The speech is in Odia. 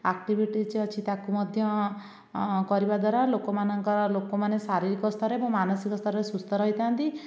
ଆକ୍ଟିଭିଟିଜ୍ ଅଛି ତାକୁ ମଧ୍ୟ କରିବାଦ୍ଵାରା ଲୋମାନଙ୍କର ଲୋକମାନେ ଶାରୀରିକ ସ୍ତରରେ ଏବଂ ମାନସିକ ସ୍ତରରେ ସୁସ୍ଥ ରହିଥାନ୍ତି